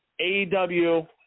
AEW